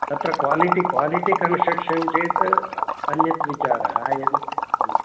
तत्र quality quality construction चेत् अन्यत् विचारः यदि ह्म्